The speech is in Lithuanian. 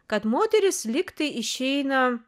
kad moterys lygtai išeina